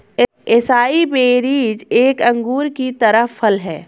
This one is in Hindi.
एसाई बेरीज एक अंगूर की तरह फल हैं